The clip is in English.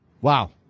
Wow